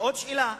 ועוד שאלה: